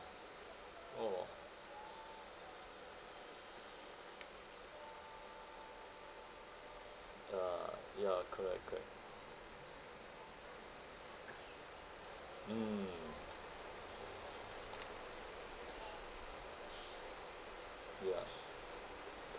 orh ya ya correct correct mm ya